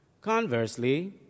Conversely